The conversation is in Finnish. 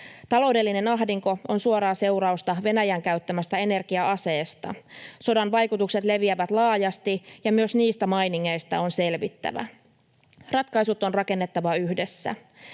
Taloudellinen ahdinko on suoraa seurausta Venäjän käyttämästä energia-aseesta. Sodan vaikutukset leviävät laajasti, ja myös niistä mainingeista on selvittävä. Ratkaisut on rakennettava yhdessä.